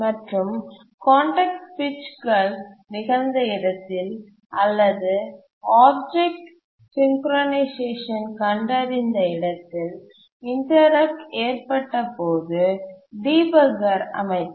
மற்றும் கான்டெக்ஸ்ட் சுவிட்சுகள் நிகழ்ந்த இடத்தில் அல்லது ஆப்ஜெக்ட் சிங்க்ரோநைசேஷன் கண்டறிந்த இடத்தில் இன்டரப்டு ஏற்பட்டபோது டிபக்கரை அமைத்தனர்